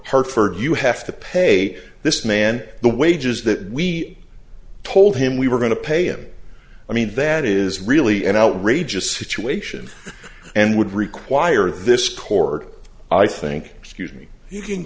hartford you have to pay this man the wages that we told him we were going to pay him i mean that is really an outrageous situation and would require this court i think excuse me you can